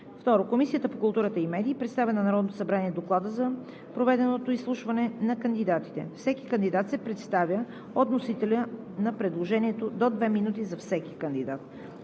2. Комисията по културата и медиите представя на Народното събрание Доклада за проведеното изслушване на кандидатите. 3. Всеки кандидат се представя от вносителя на предложението – до две минути за всеки кандидат.